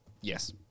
Yes